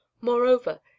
Moreover